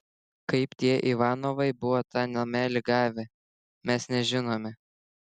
kaip tie ivanovai buvo tą namelį gavę mes nežinome